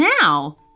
now